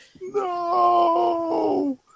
No